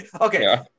okay